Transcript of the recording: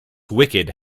wicked